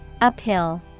Uphill